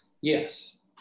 Yes